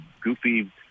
goofy